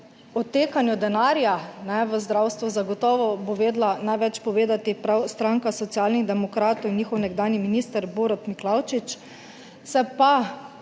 odtekanju denarja v zdravstvu zagotovo bo vedela največ povedati prav stranka Socialnih demokratov in njihov nekdanji minister Borut Miklavčič. Se pa